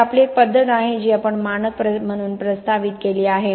तर आपली एक पद्धत आहे जी आपण मानक म्हणून प्रस्तावित केली आहे